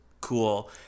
Cool